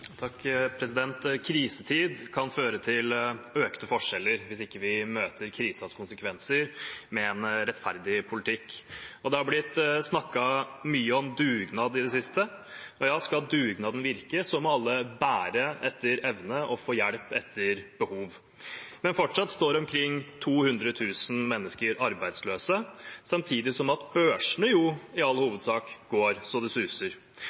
Krisetid kan føre til økte forskjeller hvis vi ikke møter krisens konsekvenser med en rettferdig politikk. Det har blitt snakket mye om dugnad i det siste, og skal dugnad virke, må alle bære etter evne og få hjelp etter behov. Men fortsatt står omkring 200 000 mennesker arbeidsløse, samtidig som børsene i all hovedsak går så det suser.